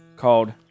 called